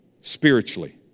spiritually